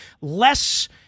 less